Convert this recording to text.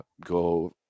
go